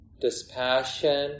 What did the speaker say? dispassion